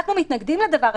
אנחנו מתנגדים לדבר הזה,